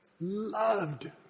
loved